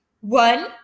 one